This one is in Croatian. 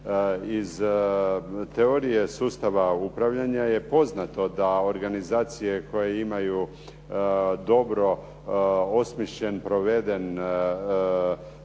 iz teorije sustava upravljanja je poznato da organizacije koje imaju dobro osmišljen, proveden